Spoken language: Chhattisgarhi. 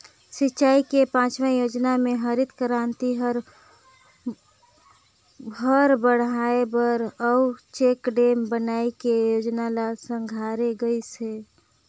सिंचई के पाँचवा योजना मे हरित करांति हर बड़हाए बर अउ चेकडेम बनाए के जोजना ल संघारे गइस हे